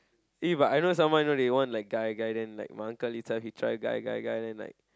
eh but I know someone know they want like guy guy then like my uncle this time he try guy guy guy and like